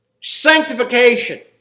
sanctification